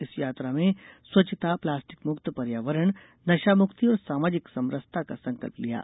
इस यात्रा में स्वच्छता प्लास्टिक मुक्त पर्यावरण नशा मुक्ति और सामाजिक समरसता का संकल्प लिया गया